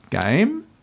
game